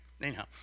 Anyhow